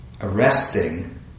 arresting